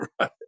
right